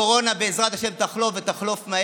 הקורונה, בעזרת השם, תחלוף מהר,